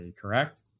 Correct